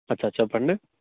అచ్చ చెప్పండి